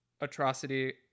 atrocity